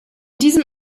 diesem